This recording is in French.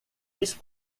vice